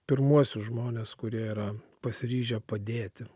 pirmuosius žmones kurie yra pasiryžę padėti